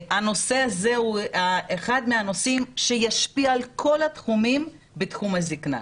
הנושא הזה הוא אחד הנושאים שישפיע על כל התחומים בתחום הזקנה.